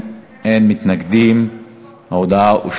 הצבעה.